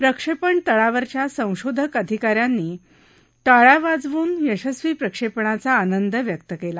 प्रक्षेपण तळावरच्या संशोधक आणि अधिकाऱ्यांनी टाळया वाजवून यशस्वी प्रक्षेपणाचा आनंद व्यक्त केला